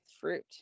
fruit